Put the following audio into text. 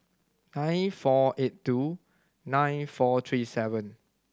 nine four eight two nine four three seven